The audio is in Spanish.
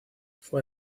fue